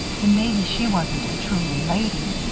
then maybe she wasn't a truly lady.